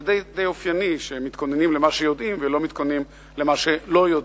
זה די אופייני שמתכוננים למה שיודעים ולא מתכוננים למה שלא יודעים.